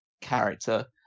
character